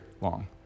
long